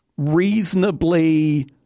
reasonably